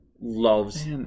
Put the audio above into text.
loves